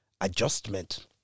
adjustment